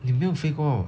你有没有飞过